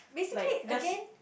like just